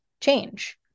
change